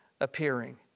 appearing